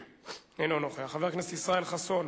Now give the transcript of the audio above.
אינו נוכח, חבר הכנסת ישראל חסון,